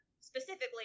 specifically